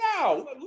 No